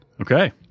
Okay